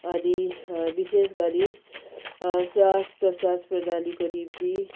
अनि विशेष गरी स्वास प्रश्वास प्रणालीको निम्ति